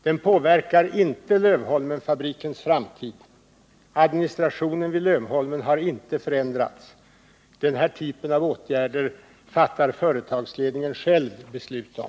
Den påverkar inte Lövholmenfabrikens framtid. Administrationen vid Lövholmen har inte förändrats. Den här typen av åtgärder fattar företagsledningen själv beslut om.